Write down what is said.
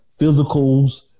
physicals